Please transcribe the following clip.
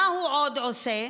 מה עוד הוא עושה?